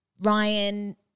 Ryan –